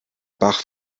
bach